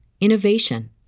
innovation